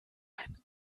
ein